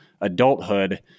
adulthood